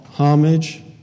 homage